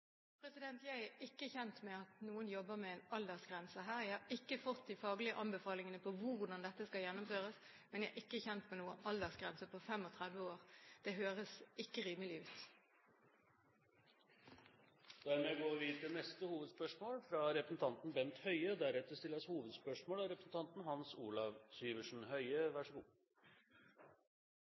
at noen jobber med en aldersgrense her. Jeg har ikke fått de faglige anbefalingene for hvordan dette skal gjennomføres, men jeg er ikke kjent med noen aldersgrense på 35 år. Det høres ikke rimelig ut. Vi går til neste hovedspørsmål. Mitt spørsmål går til helseministeren. Den 24. juni la statsministeren fram en kreftgaranti på vegne av